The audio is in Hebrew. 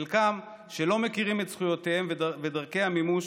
חלקם, שלא מכירים את זכויותיהם ודרכי המימוש,